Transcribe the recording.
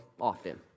often